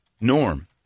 Norm